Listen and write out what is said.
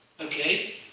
Okay